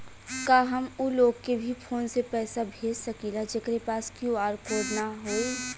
का हम ऊ लोग के भी फोन से पैसा भेज सकीला जेकरे पास क्यू.आर कोड न होई?